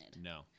no